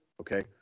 Okay